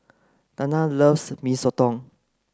Danna loves Mee Soto